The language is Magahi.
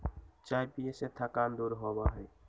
चाय पीये से थकान दूर होबा हई